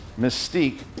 Mystique